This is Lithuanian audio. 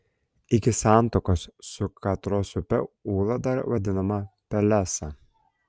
iki santakos su katros upe ūla dar vadinama pelesa